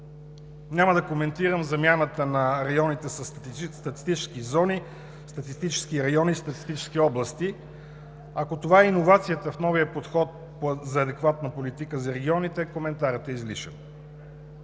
Няма да коментирам замяната на районите със статистически зони, статистически райони и статистически области. Ако това е иновацията в новия подход за адекватна политика за регионите, коментарът е излишен.